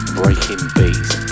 breakingbeats